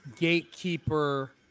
gatekeeper